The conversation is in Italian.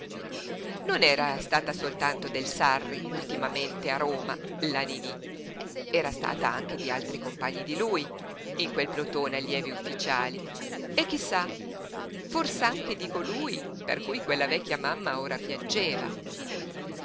non era stata soltanto del sarri ultimamente a roma la niní era stata anche di altri compagni di lui in quel plotone allievi ufficiali e chi sa fors'anche di colui per cui quella vecchia mamma ora piangeva